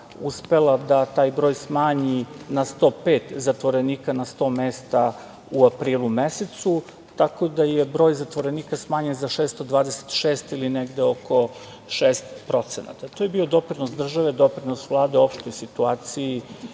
uspela da taj broj smanji na 105 zatvorenika na 100 mesta u aprilu mesecu, tako da je broj zatvorenika smanjen na 626 ili negde oko 6%. To je bio doprinos države, doprinos vlade, opštoj situaciji